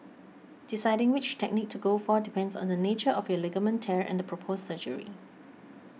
deciding which technique to go for depends on the nature of your ligament tear and the proposed surgery